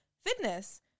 fitness